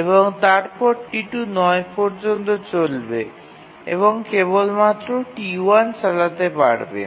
এবং অতএব T2 ৯ পর্যন্ত চলবে এবং কেবলমাত্র T1 চালাতে পারবে